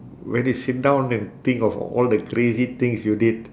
when you sit down and think of all the crazy things you did